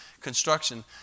construction